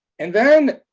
and then,